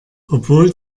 obwohl